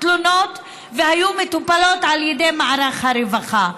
תלונות והיו מטופלות על ידי מערך הרווחה.